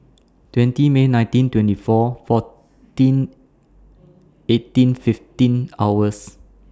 twenty May nineteen twenty four fourteen eighteen fifteen hours